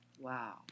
Wow